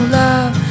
love